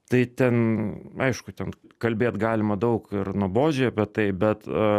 tai ten aišku ten kalbėt galima daug ir nuobodžiai apie tai bet